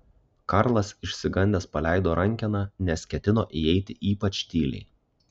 karlas išsigandęs paleido rankeną nes ketino įeiti ypač tyliai